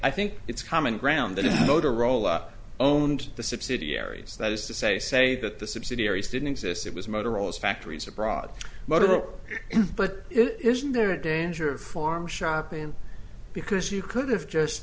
i think it's common ground that motorola owned the subsidiaries that is to say say that the subsidiaries didn't exist it was motorola's factories abroad but it will but it isn't there a danger of form shopping because you could have just